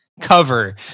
cover